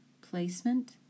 placement